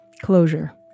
Closure